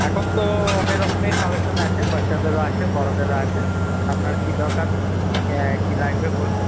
এখন তো অনেকরকমের কালেকশন আছে বাচ্চাদেরও আছে বড়োদেরও আছে আপনার কি দরকার হ্যাঁ কি লাগবে বলুন